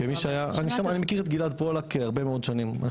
אני מכיר את גלעד פולק הרבה מאוד שנים,